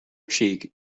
cheek